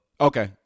Okay